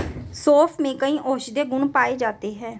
सोंफ में कई औषधीय गुण पाए जाते हैं